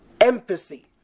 empathy